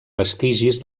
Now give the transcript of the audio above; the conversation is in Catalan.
vestigis